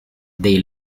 dei